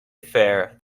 affair